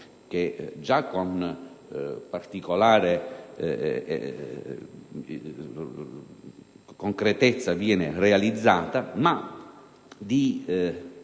che già con particolare concretezza viene realizzata, lasciando